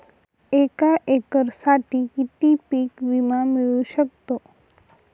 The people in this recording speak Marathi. एका एकरसाठी किती पीक विमा मिळू शकतो?